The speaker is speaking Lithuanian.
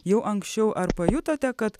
jau anksčiau ar pajutote kad